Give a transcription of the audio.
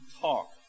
talk